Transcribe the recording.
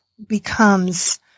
becomes